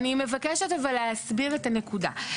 אני מבקשת, אבל, להסביר את הנקודה.